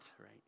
right